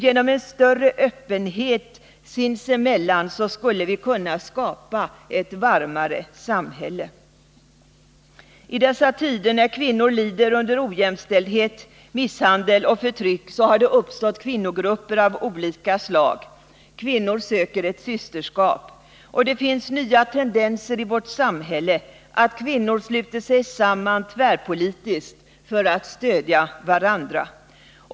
Genom en större öppenhet sinsemellan skulle vi kunna skapa ett varmare klimat. I dessa tider när kvinnor lider under ojämställdhet, misshandel och förtryck har det uppstått kvinnogrupper av olika slag. Kvinnor söker ett systerskap, och det finns en ny tendens i vårt samhälle: att kvinnor sluter sig samman tvärpolitiskt för att stödja varandra.